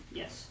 yes